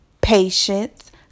patience